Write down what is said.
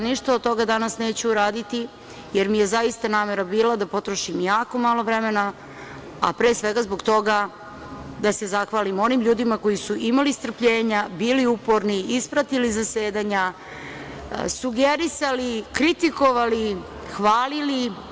Ništa od toga ja danas neću uraditi, jer mi je zaista namera bila da potrošim jako malo vremena, a pre svega zbog toga da se zahvalim onim ljudima koji su imali strpljenja, bili uporni, ispratili zasedanja, sugerisali, kritikovali, hvalili.